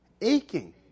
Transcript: aching